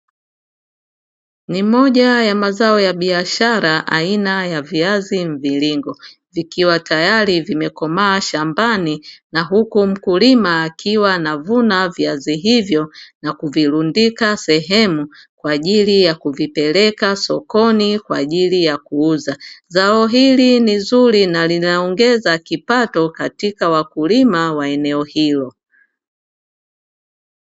Ni moja ya mazao ya biashara aina ya viazi mviringo, vikiwa tayari vimekomaa shambani na huku mkulima akiwa anavuna viazi hivyo na kuvirundika sehemu kwa ajili ya kuvipeleka sokoni kwa ajili ya kuuza. Zao hili ni zuri na linaongeza kipato katika wakulima wa eneo hilo.